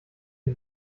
die